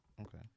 Okay